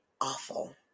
awful